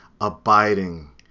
Abiding